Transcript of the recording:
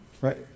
right